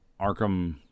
Arkham